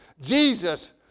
Jesus